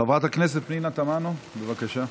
חברת הכנסת פנינה תמנו, בבקשה.